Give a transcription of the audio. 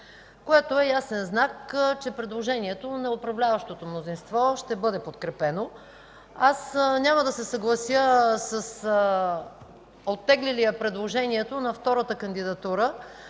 което е ясен знак, че предложението на управляващото мнозинство ще бъде подкрепено. Няма да се съглася с оттеглилия предложението на втората кандидатура,